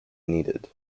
needed